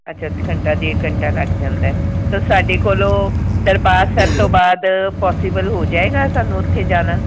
ਅੱਛਾ ਘੰਟਾ ਡੇਢ ਘੰਟਾ ਲੱਗ ਜਾਂਦਾ ਤਾਂ ਸਾਡੇ ਕੋਲੋਂ ਦਰਬਾਰ ਸਾਹਿਬ ਤੋਂ ਬਾਅਦ ਪੋਸੀਬਲ ਹੋ ਜਾਏਗਾ ਸਾਨੂੰ ਉੱਥੇ ਜਾਣਾ